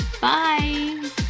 Bye